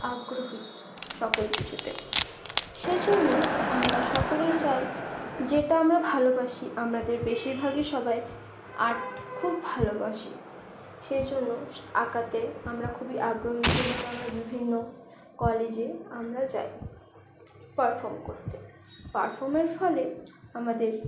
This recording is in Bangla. আগ্রহী সকল কিছুতে সে জন্যেই আমরা সকলেই চাই যেটা আমরা ভালোবাসি আমাদের বেশিরভাগই সবাই আর্ট খুব ভালোবাসি সে জন্য আঁকাতে আমরা খুবই আগ্রহী সেই জন্য আমরা বিভিন্ন কলেজে আমরা যাই পারফর্ম করতে পারফর্মেন্স ফলে আমাদের